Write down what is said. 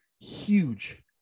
huge